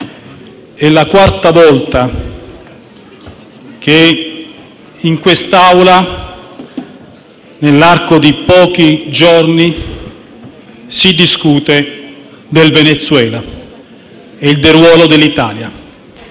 è la quarta volta che in quest'Aula, nell'arco di pochi giorni, si discute del Venezuela e del ruolo dell'Italia.